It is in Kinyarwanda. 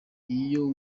iyo